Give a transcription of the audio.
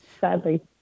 sadly